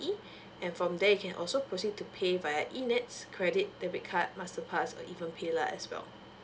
and from there you can also proceed to pay via e nets credit debit card masterpass and even paylah as well